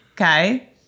Okay